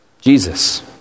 Jesus